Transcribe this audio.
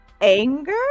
anger